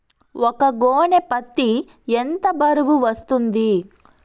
ఒక గోనె పత్తి ఎంత బరువు వస్తుంది?